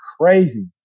crazy